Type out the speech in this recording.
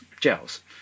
gels